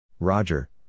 Roger